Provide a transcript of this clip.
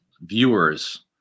viewers